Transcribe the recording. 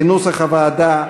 כנוסח הוועדה,